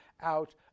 out